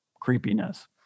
creepiness